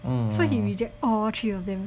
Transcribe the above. so he rejects all three of them